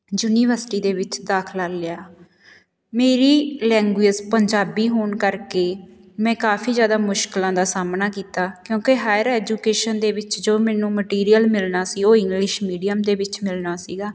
university ਦੇ ਵਿੱਚ ਦਾਖਲਾ ਲਿਆ ਮੇਰੀ ਲੈਂਗੁਏਜ ਪੰਜਾਬੀ ਹੋਣ ਕਰਕੇ ਮੈਂ ਕਾਫੀ ਜ਼ਿਆਦਾ ਮੁਸ਼ਕਲਾਂ ਦਾ ਸਾਹਮਣਾ ਕੀਤਾ ਕਿਉਂਕਿ ਹਾਇਰ ਐਜੂਕੇਸ਼ਨ ਦੇ ਵਿੱਚ ਜੋ ਮੈਨੂੰ ਮਟੀਰੀਅਲ ਮਿਲਣਾ ਸੀ ਉਹ ਇੰਗਲਿਸ਼ ਮੀਡੀਅਮ ਦੇ ਵਿੱਚ ਮਿਲਣਾ ਸੀਗਾ